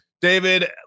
David